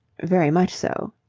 very much so.